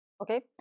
okay